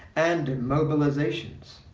and mobilizations.